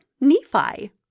Nephi